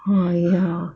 ah ya